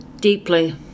deeply